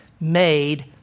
made